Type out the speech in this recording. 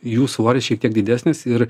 jų svoris šiek tiek didesnis ir